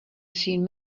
seen